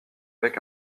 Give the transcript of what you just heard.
avec